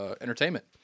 entertainment